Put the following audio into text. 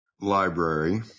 Library